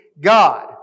God